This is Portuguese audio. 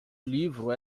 livro